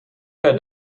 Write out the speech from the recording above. per